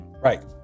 right